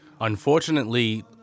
unfortunately